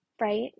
right